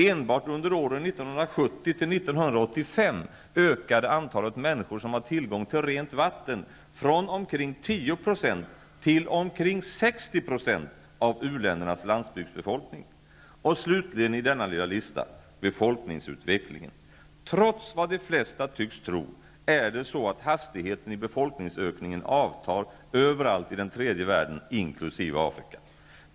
Enbart under åren 1970 till 1985 ökade antalet människor som har tillgång till rent vatten från omkring 10 % till omkring 60 % av u-ländernas landsbygdsbefolkning. Och slutligen, på denna lista, befolkningsutvecklingen. Trots vad de flesta tycks tro är det så att hastigheten i befolkningsökningen avtar överallt i tredje världen, inklusive Afrika.